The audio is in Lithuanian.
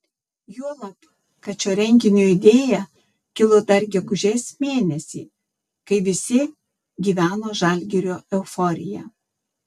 juolab kad šio renginio idėja kilo dar gegužės mėnesį kai visi gyveno žalgirio euforija